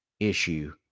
issue